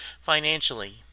financially